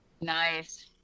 nice